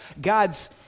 God's